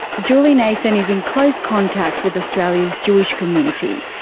julie nathan is in close contact with australia's jewish community,